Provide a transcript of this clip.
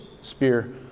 spear